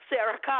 Sarah